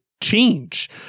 change